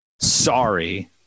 Sorry